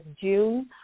June